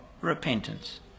repentance